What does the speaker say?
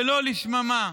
ולא לשממה.